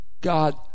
God